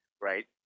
right